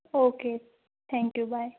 okay thank you by